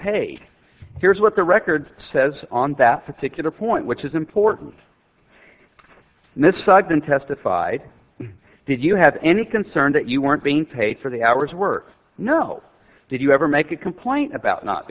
paid here's what the record says on that particular point which is important this sudden testified did you have any concern that you weren't being paid for the hours worth no did you ever make a complaint about not